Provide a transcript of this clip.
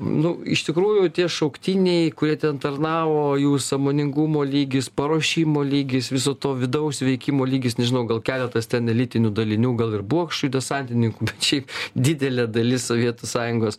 nu iš tikrųjų tie šauktiniai kurie ten tarnavo jų sąmoningumo lygis paruošimo lygis viso to vidaus veikimo lygis nežinau gal keletas ten elitinių dalinių gal ir buvo kažkokių desantininkų bet šiaip didelė dalis sovietų sąjungos